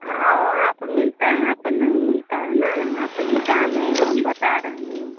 हाँ वहाँ पे मिलता है यहाँ पर नहीं मिलता है ना यहाँ पे जो दाम है वो हम बता रहे हैं